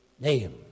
name